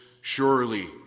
surely